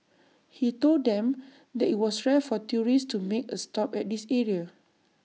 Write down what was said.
he told them that IT was rare for tourists to make A stop at this area